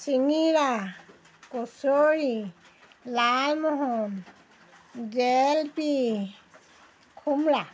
চিঙৰা কছৰি লালমোহন জেলেপি খুৰমা